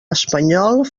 espanyol